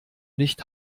nicht